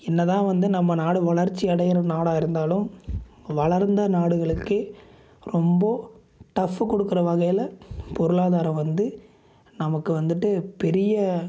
என்ன தான் வந்து நம்ம நாடு வளர்ச்சி அடைகிற நாடாக இருந்தாலும் வளர்ந்த நாடுகளுக்கே ரொம்ப டஃப்பு கொடுக்குற வகையில் பொருளாதாரம் வந்து நமக்கு வந்துட்டு பெரிய